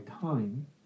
time